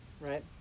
right